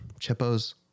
Chippo's